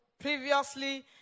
previously